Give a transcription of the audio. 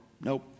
nope